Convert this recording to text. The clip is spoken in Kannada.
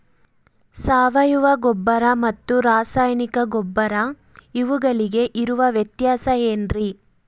ಸಾವಯವ ಗೊಬ್ಬರ ಮತ್ತು ರಾಸಾಯನಿಕ ಗೊಬ್ಬರ ಇವುಗಳಿಗೆ ಇರುವ ವ್ಯತ್ಯಾಸ ಏನ್ರಿ?